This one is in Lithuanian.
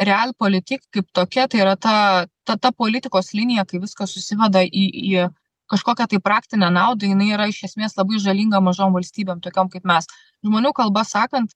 realpolitik kaip tokia tai yra ta ta ta politikos linija kai viskas susiveda į į kažkokią tai praktinę naudą jinai yra iš esmės labai žalinga mažom valstybėm tokiom kaip mes žmonių kalba sakant